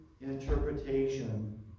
interpretation